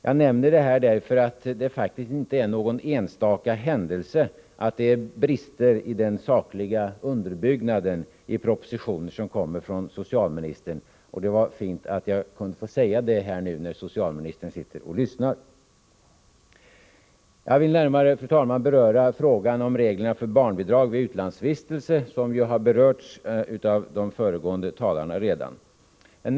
Jag nämner det här därför att det faktiskt inte är någon enstaka händelse att det finns brister i den sakliga underbyggnaden hos propositioner som kommer från socialministern, och det var fint att jag kunde få säga det nu när socialministern sitter och lyssnar. Jag vill, fru talman, närmare beröra frågan om reglerna för barnbidrag vid utlandsvistelse, som de föregående talarna redan har tagit upp.